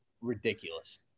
ridiculous